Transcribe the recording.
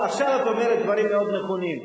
עכשיו את אומרת דברים מאוד נכונים.